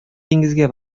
диңгезгә